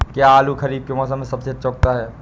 क्या आलू खरीफ के मौसम में सबसे अच्छा उगता है?